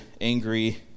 angry